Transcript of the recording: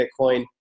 Bitcoin